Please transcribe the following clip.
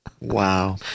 Wow